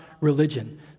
religion